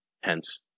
Hence